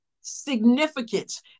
significance